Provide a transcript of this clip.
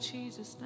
Jesus